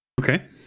Okay